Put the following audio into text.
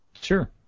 Sure